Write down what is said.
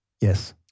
Yes